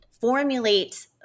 formulate